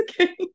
okay